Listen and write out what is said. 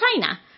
China